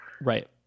Right